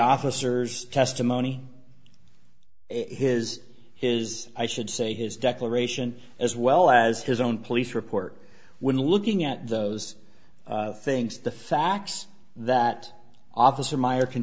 officers testimony his his i should say his declaration as well as his own police report when looking at those things the facts that officer meyer can